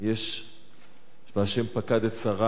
יש "וה' פקד את שרה",